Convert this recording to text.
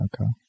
Okay